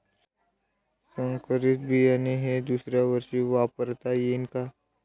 संकरीत बियाणे हे दुसऱ्यावर्षी वापरता येईन का?